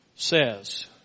says